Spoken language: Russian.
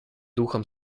духом